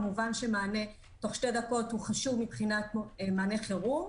כמובן שמענה תוך שתי דקות חשוב מבחינת מענה חירום,